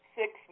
six